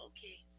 Okay